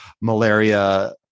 malaria